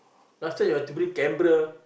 last time you have to bring camera